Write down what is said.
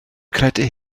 credu